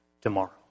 tomorrow